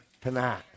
tonight